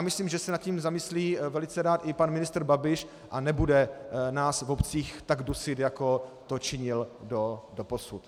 Myslím, že se nad tím zamyslí velice rád i pan ministr Babiš a nebude nás v obcích tak dusit, jako to činil doposud.